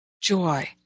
joy